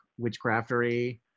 witchcraftery